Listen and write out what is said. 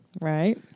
Right